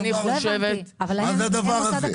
אני חושבת -- מה זה הדבר הזה?